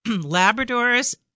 Labrador's